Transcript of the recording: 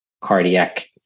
cardiac